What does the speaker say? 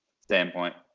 standpoint